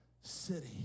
city